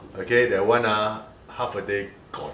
okay that one ah half a day gone